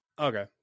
Okay